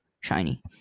Shiny